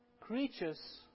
creatures